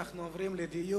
אנחנו עוברים לדיון.